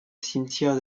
cimetière